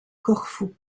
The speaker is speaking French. corfou